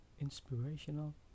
inspirational